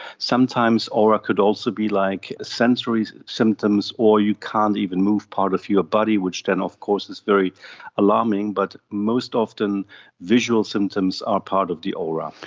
sometimes aura could also be like sensory symptoms or you can't even move part of your body, which then of course is very alarming. but most often visual symptoms are part of the aura.